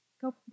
go